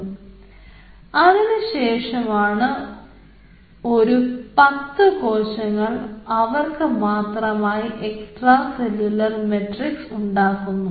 ഒന്നു അതിനുശേഷം ഒരു 10 കോശങ്ങൾ അവക്ക് മാത്രമായ എക്സ്ട്രാ സെല്ലുലാർ മാട്രിക്സ് ഉണ്ടാകുന്നു